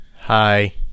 Hi